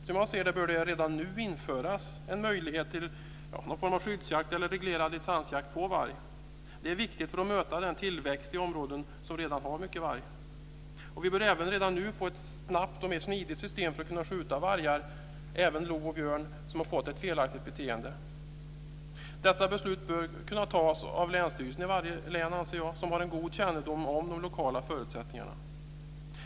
Som jag ser det bör det redan nu införas en möjlighet till någon form av skyddsjakt eller reglerad licensjakt på varg. Det är viktigt för att möta tillväxten i de områden som redan har mycket varg. Vi bör redan nu få ett snabbt och mer smidigt system för att kunna skjuta vargar och även lo och björn som uppvisar ett felaktigt beteende. Dessa beslut bör kunna fattas av länsstyrelsen i varje län som har en god kännedom om de lokala förutsättningarna.